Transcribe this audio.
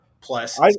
plus